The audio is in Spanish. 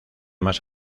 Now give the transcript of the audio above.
más